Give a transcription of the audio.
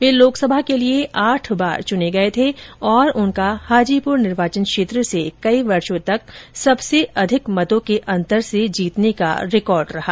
वे लोकसभा के लिए आठ बार चुने गए थे और उनका हाजीपुर निर्वाचन क्षेत्र से कई वर्षों तक सबसे अधिक मतों के अंतर से जीतने का रिकॉर्ड रहा